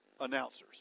announcers